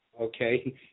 Okay